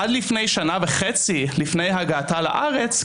עד שנה וחצי לפני הגעתה לארץ,